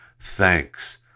Thanks